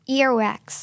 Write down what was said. Earwax